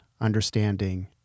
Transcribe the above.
understanding